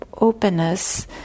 openness